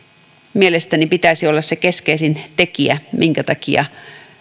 mielestäni olla se keskeisin tekijä minkä takia